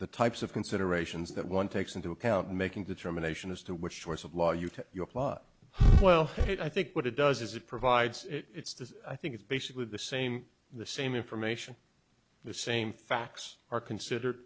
the types of considerations that one takes into account making determinations as to which force of law you to your club well i think what it does is it provides it's the i think it's basically the same the same information the same facts are considered